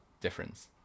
difference